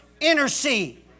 intercede